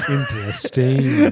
Interesting